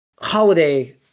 holiday